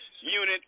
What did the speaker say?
unit